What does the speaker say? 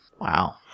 Wow